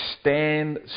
stand